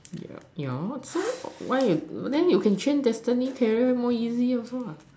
yeah yeah so why then you can change destiny career more easy also what